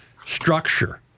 Structure